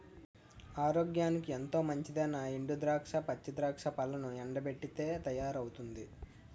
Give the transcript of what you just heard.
ఆరోగ్యానికి ఎంతో మంచిదైనా ఎండు ద్రాక్ష, పచ్చి ద్రాక్ష పళ్లను ఎండబెట్టితే తయారవుతుంది